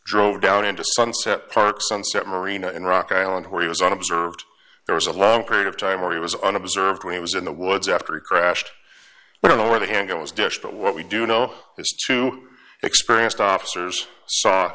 drove down into sunset park sunset marina in rock island where he was on observed there was a long period of time where he was unobserved when he was in the woods after he crashed i don't know where the handgun was dish but what we do know is two experienced officers